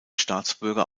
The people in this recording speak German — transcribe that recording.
staatsbürger